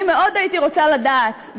אני מאוד הייתי רוצה לדעת,